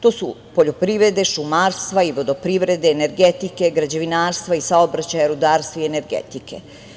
To su poljoprivrede, šumarstva, vodoprivrede, energetike, građevinarstva i saobraćaja, rudarstva i energetike.